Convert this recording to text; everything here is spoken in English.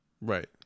Right